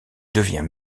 devient